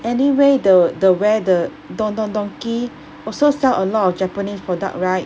anyway the the where the don-don-donki also sell a lot of japanese product right